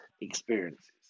experiences